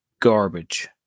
garbage